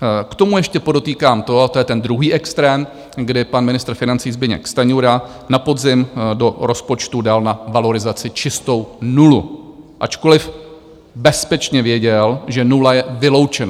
K tomu ještě podotýkám to, a to je ten druhý extrém, kdy pan ministr financí Zbyněk Stanjura na podzim do rozpočtu dal na valorizaci čistou nulu, ačkoliv bezpečně věděl, že nula je vyloučena.